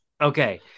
Okay